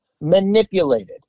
manipulated